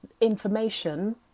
information